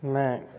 میں